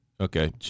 Okay